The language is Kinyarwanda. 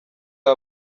aba